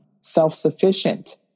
self-sufficient